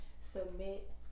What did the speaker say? submit